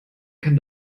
kann